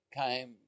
came